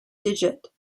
digit